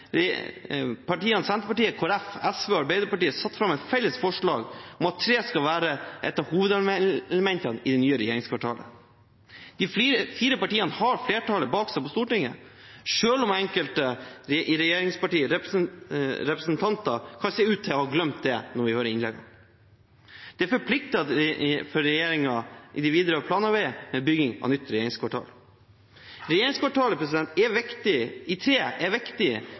har partiene Senterpartiet, Kristelig Folkeparti, SV og Arbeiderpartiet satt fram et felles forslag om at tre skal være et hovedelement i det nye regjeringskvartalet. De fire partiene har flertall i Stortinget, selv om enkelte regjeringspartirepresentanter kan se ut til å ha glemt det, når vi hører innleggene. Det er forpliktende for regjeringen i det videre planarbeidet med bygging av nytt regjeringskvartal. Regjeringskvartal i tre er viktig